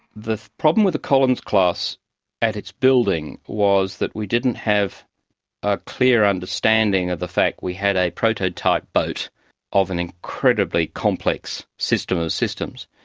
the problems with the collins class at its building was that we didn't have a clear understanding of the fact we had a prototype boat of an incredibly complex system of systems,